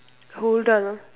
hold on ah